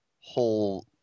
whole